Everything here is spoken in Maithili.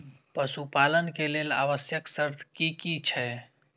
पशु पालन के लेल आवश्यक शर्त की की छै?